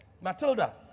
Matilda